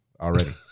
already